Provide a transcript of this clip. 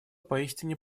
поистине